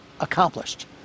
accomplished